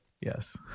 Yes